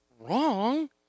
wrong